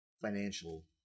financial